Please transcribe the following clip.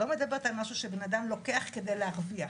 אני לא מדבר על משהו שבן לוקח כדי להרוויח,